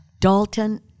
Dalton